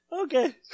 Okay